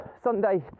Sunday